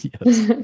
Yes